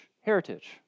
heritage